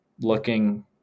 looking